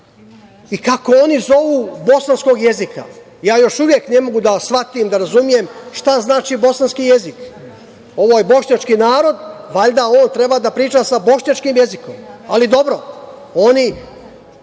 i kako oni zovu bosanskog jezika. Još uvek ne mogu da shvatim, da razumem šta znači bosanski jezik ovo je bošnjački narod valjda on treba da priča bošnjačkim jezikom, ali dobro, oni